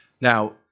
Now